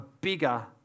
bigger